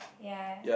ya